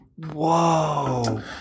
Whoa